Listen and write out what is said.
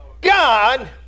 God